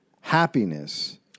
Happiness